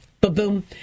ba-boom